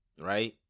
right